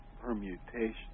permutation